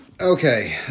Okay